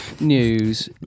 News